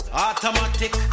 automatic